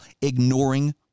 ignoring